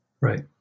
Right